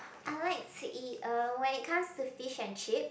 I like to eat uh when it comes to fishand chips